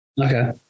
Okay